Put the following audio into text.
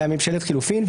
ממשלת החילופים,